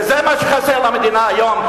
וזה מה שחסר למדינה היום,